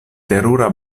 terura